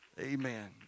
Amen